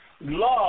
love